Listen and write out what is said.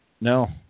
No